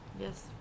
Yes